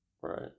Right